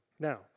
Now